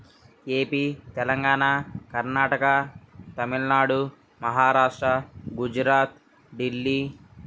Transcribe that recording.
AP Telangana Karnataka Tamil Nadu Maharashtra Gujarat Delhi